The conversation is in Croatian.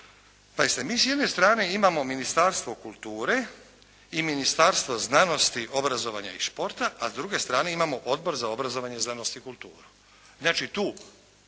Pazite mi s jedne strane imamo Ministarstvo kulture i Ministarstvo znanosti, obrazovanja i športa a s druge strane imamo Odbor za obrazovanje, znanost i kulturu.